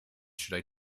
should